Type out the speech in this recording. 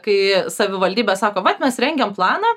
kai savivaldybės sako vat mes rengiam planą